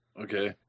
okay